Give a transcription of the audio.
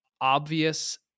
obvious